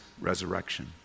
resurrection